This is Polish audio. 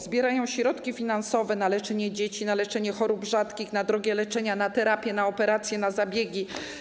Zbierają środki finansowe na leczenie dzieci, na leczenie chorób rzadkich, na drogie leczenie, na terapie, na operacje, na zabiegi.